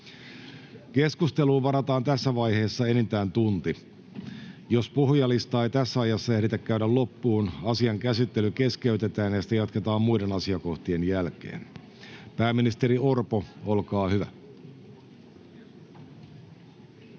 Keskusteluun varataan tässä vaiheessa enintään tunti. Jos puhujalistaa ei tässä ajassa ehditä käydä loppuun, asian käsittely keskeytetään ja sitä jatketaan muiden asiakohtien jälkeen. — Pääministeri Orpo, olkaa hyvä.